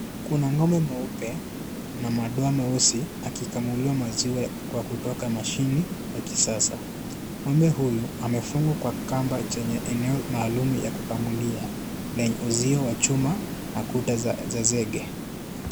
Kuna ngombe mweupe na madoa meusi aki kamuliwa maziwa kwa kutoka mashine ya kisasa, ngombe huyu amefungwa kwa kamba chenye eneo maalum ya kukamulia lenye uzio wa chuma na kuta za zege.